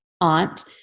aunt